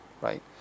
right